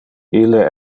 ille